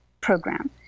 program